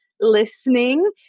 listening